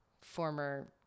former